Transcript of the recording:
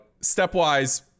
stepwise